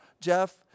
Jeff